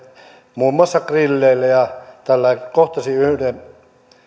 muun muassa grilleillä kohtasin yhden